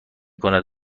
کند